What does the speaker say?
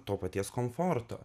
to paties komforto